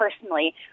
personally